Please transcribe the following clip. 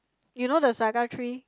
you know the saga tree